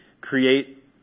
create